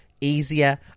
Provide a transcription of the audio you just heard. easier